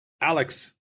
Alex